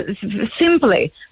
simply